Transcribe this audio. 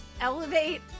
elevate